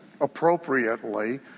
appropriately